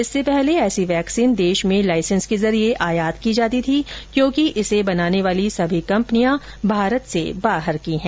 इससे पहले ऐसी वैक्सीन देश में लाइसेंस के जरिए आयात की जाती थी क्योंकि इसे बनाने वाली सभी कंपनियां भारत से बाहर की हैं